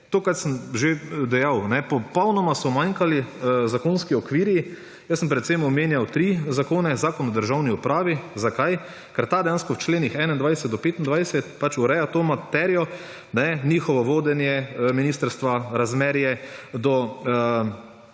to, kar sem že dejal, popolnoma so umanjkali zakonski okviri. Jaz sem predvsem omenjal tri zakone: Zakon o državni upravi. Zakaj? Ker ta dejansko v členih 21. do 25. ureja to materijo, njihovo vodenje, ministrstva, razmerje do